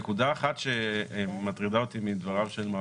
נקודה אחת שמטרידה אותי בדבריו של מר